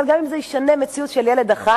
אבל גם אם זה ישנה מציאות של ילד אחד,